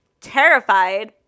terrified